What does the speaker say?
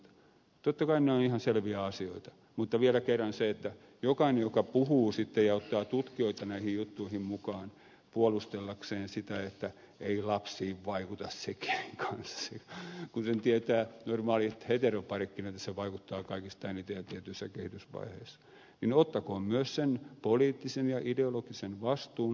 totta kai nämä ovat ihan selviä asioita mutta vielä kerran se että jokainen joka puhuu sitten ja ottaa tutkijoita näihin juttuihin mukaan puolustellakseen sitä että ei lapsiin vaikuta se kenen kanssa kun sen tietävät normaalit heteroparitkin että se vaikuttaa kaikista eniten ja tietyissä kehitysvaiheissa niin ottakoon myös sen poliittisen ja ideologisen vastuun